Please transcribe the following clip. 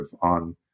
on